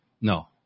No